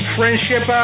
Friendship